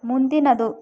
ಮುಂದಿನದು